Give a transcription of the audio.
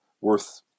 worth